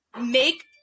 make